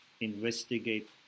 investigate